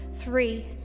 Three